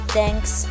thanks